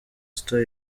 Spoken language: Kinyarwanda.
star